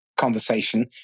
conversation